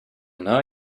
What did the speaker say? know